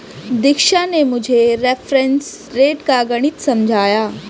दीक्षा ने मुझे reference rate का गणित समझाया